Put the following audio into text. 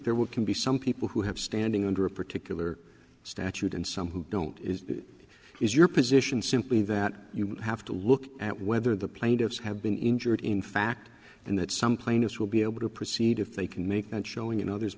there will can be some people who have standing under a particular statute and some who don't is it is your position simply that you have to look at whether the plaintiffs have been injured in fact and that some plaintiffs will be able to proceed if they can make that showing you know there's